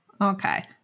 Okay